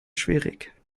schwierig